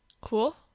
cool